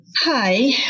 Hi